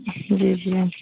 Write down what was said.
हूं